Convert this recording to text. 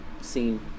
scene